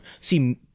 See